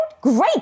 Great